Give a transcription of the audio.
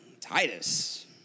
Titus